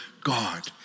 God